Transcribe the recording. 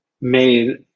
made